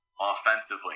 offensively